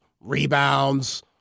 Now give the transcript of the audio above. rebounds